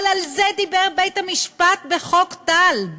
אבל על זה דיבר בית-המשפט בחוק טל,